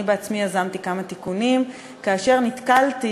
אני בעצמי יזמתי כמה תיקונים כאשר נתקלתי